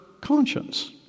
conscience